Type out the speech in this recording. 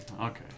Okay